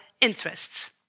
interests